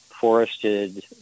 forested